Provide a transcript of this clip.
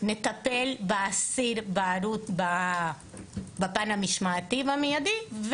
נטפל באסיר בפן המשמעתי במיידי.